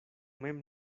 mem